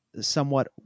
somewhat